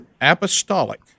Apostolic